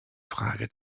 frage